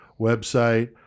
website